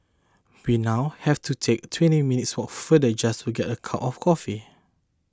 we now have to take twenty minutes farther just to get a cup of coffee